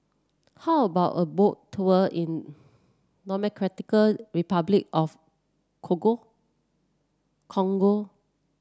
how about a Boat Tour in Democratic Republic of Congo